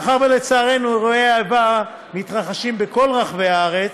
מאחר שלצערנו אירועי איבה מתרחשים בכל רחבי הארץ,